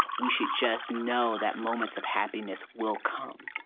we should just know that moments of happiness will come.